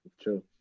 true